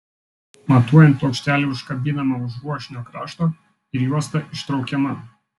matuojant plokštelė užkabinama už ruošinio krašto ir juosta ištraukiama